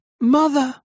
Mother